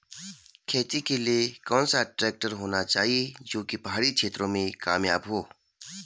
खेती के लिए कौन सा ट्रैक्टर होना चाहिए जो की पहाड़ी क्षेत्रों में कामयाब हो?